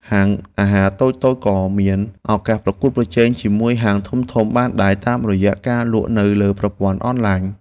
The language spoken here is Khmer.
ហាងអាហារតូចៗក៏អាចមានឱកាសប្រកួតប្រជែងជាមួយហាងធំៗបានដែរតាមរយៈការលក់នៅលើប្រព័ន្ធអនឡាញ។